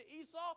Esau